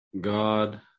God